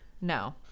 No